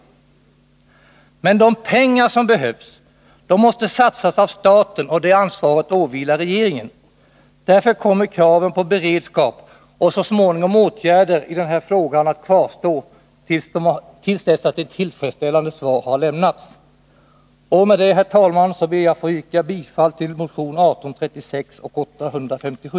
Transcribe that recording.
Men de pengar som behövs måste satsas av staten, och det ansvaret åvilar regeringen. Därför kommer kraven på beredskap och så småningom åtgärder i den här frågan att kvarstå till dess ett tillfredsställande svar har lämnats. Med detta, herr talman, ber jag att få yrka bifall till motionerna 1836 och 857.